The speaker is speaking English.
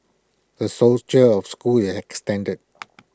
the of schools is extended